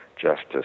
justice